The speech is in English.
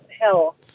hell